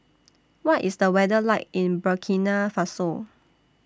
What IS The weather like in Burkina Faso